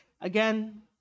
Again